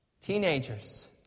Teenagers